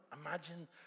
imagine